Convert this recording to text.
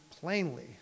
plainly